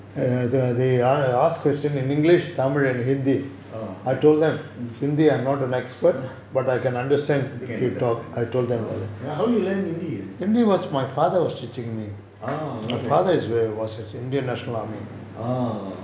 orh okay mm you can understand oh how you learn hindi orh okay orh